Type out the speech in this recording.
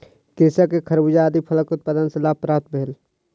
कृषक के खरबूजा आदि फलक उत्पादन सॅ लाभ प्राप्त भेल